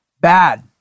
bad